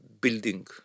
building